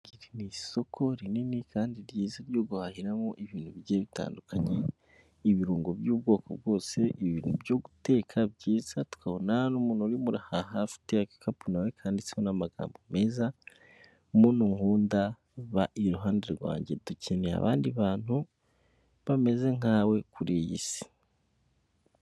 Ni isoko rinini kandi ryiza ryo guhahiramo ibintu bigiye bitandukanye, ibirungo by'ubwoko bwose ibintu byo guteka byiza tukabona n'umuntu urimuraha afite agakapu nawe kanditswe n'amagambo meza; muntu nkunda ba iruhande rwanjye dukeneye abandi bantu bameze nkawe kuri iyi si.